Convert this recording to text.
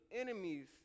enemies